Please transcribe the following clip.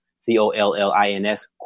C-O-L-L-I-N-S